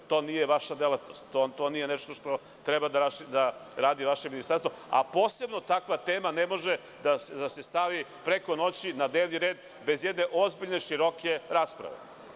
To nije vaša delatnost, to nije nešto što treba da radi vaše ministarstvo, a posebno takva tema ne može da se stavi preko noći na dnevni red bez jedne ozbiljne, široke rasprave.